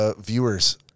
viewers